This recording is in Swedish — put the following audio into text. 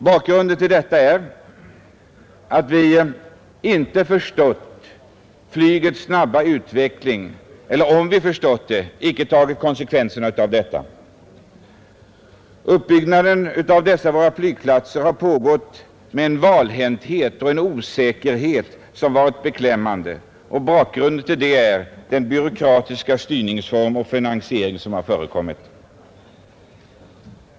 Bakgrunden till detta är att vi inte förstått flygets snabba utveckling eller — om vi förstått den — icke tagit konsekvenserna därav. Uppbyggnaden av dessa flygplatser har pågått med en valhänthet och en osäkerhet som varit beklämmande. Orsaken till det är den byråkratiska styrningsform och finansiering som förekommit.